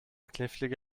knifflige